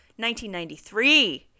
1993